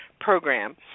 program